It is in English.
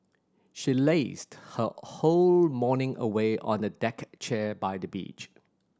she lazed her whole morning away on a deck chair by the beach